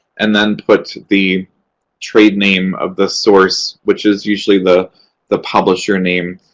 and then put the trade name of the source, which is usually the the publisher name,